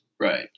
Right